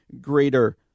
greater